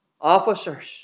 officers